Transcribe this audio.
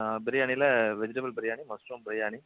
ஆ பிரியாணியில் vegetable biryani mushroom biryani